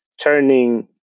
turning